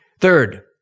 Third